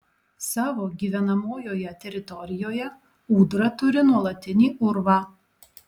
savo gyvenamojoje teritorijoje ūdra turi nuolatinį urvą